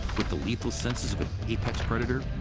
with the lethal senses apex predator,